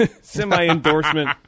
semi-endorsement